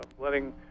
letting